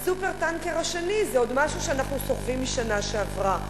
ה"סופר-טנקר" השני זה עוד משהו שאנחנו סוחבים מהשנה שעברה.